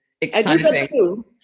exciting